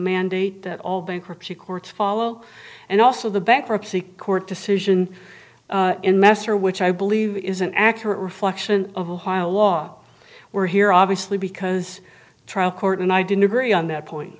mandate that all bankruptcy courts follow and also the bankruptcy court decision in messer which i believe is an accurate reflection of ohio law we're here obviously because trial court and i didn't agree on that point